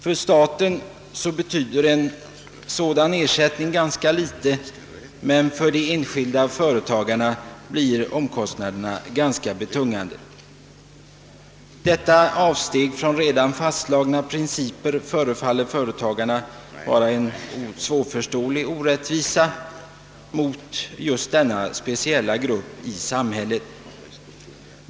För staten betyder en sådan ersättning ganska litet, men för de enskilda företagarna blir kostnaderna betungande. Detta avsteg från redan fastslagna principer förefaller företagarna vara en svårförståelig orättvisa mot just deras speciell grupp i samhället.